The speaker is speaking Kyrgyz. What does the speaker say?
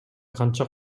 канча